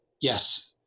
yes